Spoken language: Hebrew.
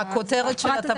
הכותרת של הטבלה?